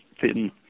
thin